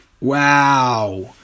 Wow